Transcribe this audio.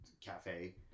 Cafe